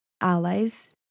allies